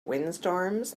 windstorms